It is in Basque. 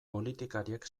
politikariek